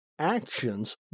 actions